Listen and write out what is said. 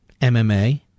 MMA